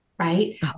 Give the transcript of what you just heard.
Right